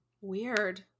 Weird